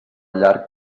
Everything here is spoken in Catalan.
llarg